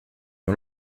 nur